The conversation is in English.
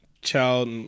child